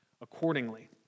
accordingly